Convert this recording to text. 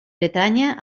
bretanya